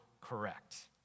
correct